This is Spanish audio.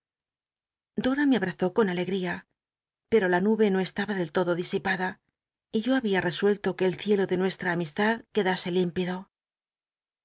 dora me abrazó con alegria pero la nube no estaba del lodo disipada y yo babia resuelto que el ciclo de nuestra amistad c dcdase límpido